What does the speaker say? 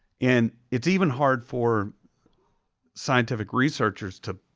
and it's even hard for scientific researchers to